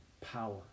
power